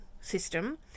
system